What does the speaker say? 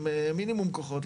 עם מינימום כוחות,